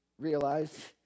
realize